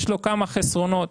יש לו כמה חסרונות.